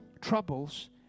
troubles